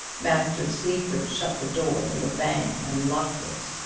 master sleaford shut the door with a bang, and locked it.